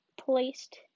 placed